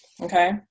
Okay